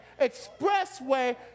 expressway